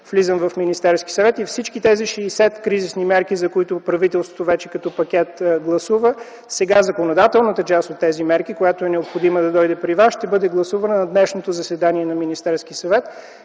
влизам в Министерския съвет и всички тези 60 кризисни мерки, за които правителството вече като пакет гласува, сега законодателната част от тези мерки, която е необходима да дойде при вас, ще бъде гласувана на днешното заседание на Министерския съвет